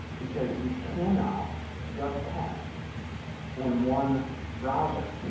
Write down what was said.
because you cannot just test in one browser.